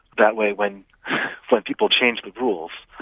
that way, when when people change the rules,